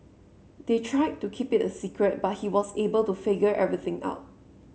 they tried to keep it a secret but he was able to figure everything out